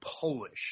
Polish